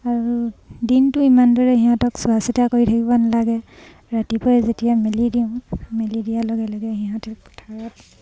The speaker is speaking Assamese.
আৰু দিনটো ইমান দৰে সিহঁতক চোৱা চিতা কৰি থাকিব নালাগে ৰাতিপুৱাই যেতিয়া মেলি দিওঁ মেলি দিয়াৰ লগে লগে সিহঁতে পথাৰত